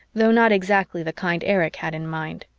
though not exactly the kind erich had in mind.